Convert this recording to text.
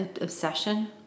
Obsession